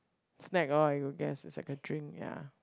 snack loh you guess is like a drink ya